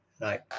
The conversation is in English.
right